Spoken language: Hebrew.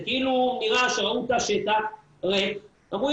זה כאילו נראה שראו תא שטח ריק ואמרו,